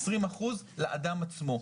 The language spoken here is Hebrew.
20% לאדם עצמו.